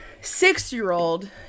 six-year-old